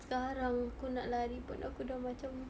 sekarang aku nak lari pun aku dah macam